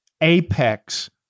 apex